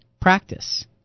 practice